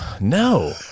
no